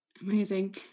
Amazing